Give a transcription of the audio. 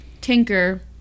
Tinker